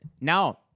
now